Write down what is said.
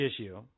issue